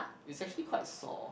is actually quite sore